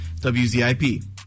WZIP